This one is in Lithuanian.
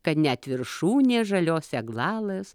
kad net viršūnė žalios eglelės